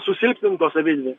susilpnintos abidvi